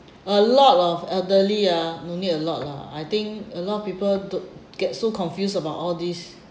a lot of elderly ah no need a lot lah I think a lot of people do get so confused about all these